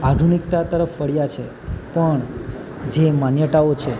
આધુનિકતા તરફ વળ્યા છે પણ જે માન્યતાઓ છે